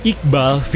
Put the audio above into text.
Iqbal